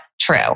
true